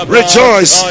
rejoice